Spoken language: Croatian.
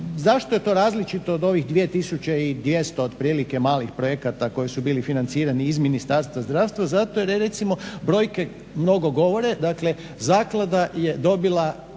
zašto je to različito od ovih 2200 otprilike malih projekata koji su bili financirani iz Ministarstva zdravstva? Zato jer je recimo, brojke mnogo govore, dakle zaklada je dobila